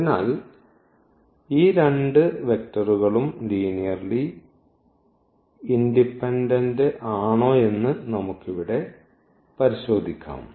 അതിനാൽ ഈ രണ്ട് വെക്റ്ററുകളും ലീനിയർലി ഇൻഡിപെൻഡന്റ് ആണോയെന്ന് നമുക്ക് ഇവിടെ പരിശോധിക്കാം